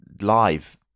live